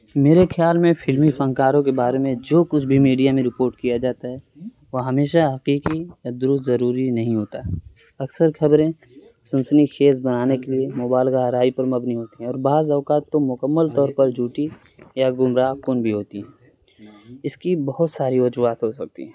میرے خیال میں فلمی فنکاروں کے بارے میں جو کچھ بھی میڈیا میں رپورٹ کیا جاتا ہے وہ ہمیشہ حقیقی یا درست ضروری نہیں ہوتا اکثر خبریں سنسنی خیز بنانے کے لیے موبائل گہرائی پر مبنی ہوتی ہیں اور بعض اوقات تو مکمل طور پر جھوٹی یا گمراہ کن بھی ہوتی ہیں اس کی بہت ساری وجوہات ہو سکتی ہیں